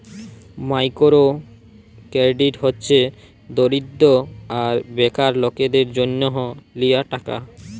micro credit হছে দরিদ্য আর বেকার লকদের জ্যনহ লিয়া টাকা